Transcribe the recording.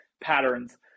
patterns